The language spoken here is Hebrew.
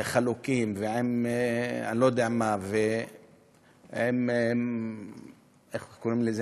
חלוקים, ועם אני לא יודע מה, ועם, איך קוראים לזה,